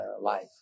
life